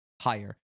higher